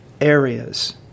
areas